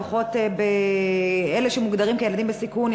לפחות אלה שמוגדרים כילדים בסיכון,